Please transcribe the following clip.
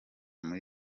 muri